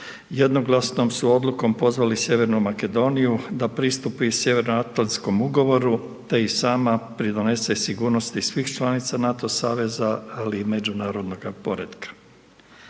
jednoglasnom su odlukom, pozvali Sjevernu Makedoniju da pristupi Sjeveroatlantskom ugovoru, te i sama pridonese sigurnosti svih članica NATO saveza ali i međunarodnoga poretka.